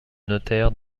notaires